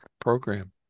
program